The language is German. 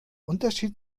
unterschied